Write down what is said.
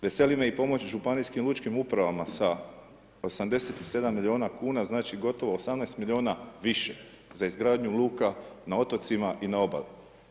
Veseli me i pomoć županijskim lučkim upravama sa 87 miliona kuna znači gotovo 18 miliona više za izgradnju luka na otocima i na obali.